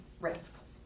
risks